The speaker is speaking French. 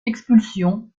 expulsion